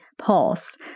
pulse